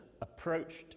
approached